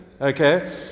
Okay